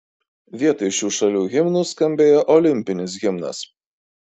vietoj šių šalių himnų skambėjo olimpinis himnas